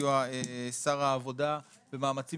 ובסיוע שר העבודה, במאמצים